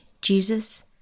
Jesus